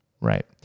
Right